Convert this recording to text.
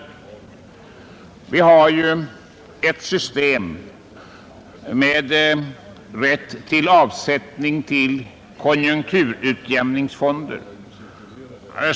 I dag tillämpar vi ett system som innebär rätt för företagen till avsättning till konjunkturutjämningsfonder.